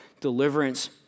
deliverance